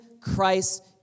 Christ